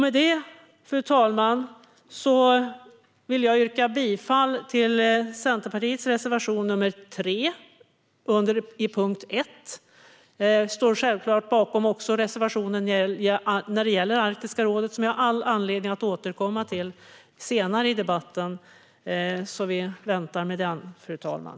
Med det, fru talman, yrkar jag bifall till Centerpartiets reservation nr 3 under punkt 1. Jag står självklart också bakom reservationen om Arktiska rådet, som vi har all anledning att återkomma till senare i debatten. Vi väntar med den, fru talman.